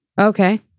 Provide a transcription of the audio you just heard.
Okay